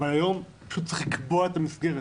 אבל היום פשוט צריך לקבוע את המסגרת.